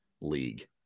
league